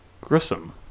Grissom